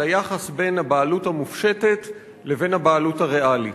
היחס בין הבעלות המופשטת לבין הבעלות הריאלית.